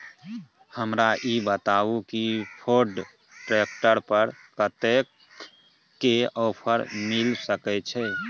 हमरा ई बताउ कि फोर्ड ट्रैक्टर पर कतेक के ऑफर मिलय सके छै?